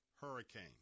hurricane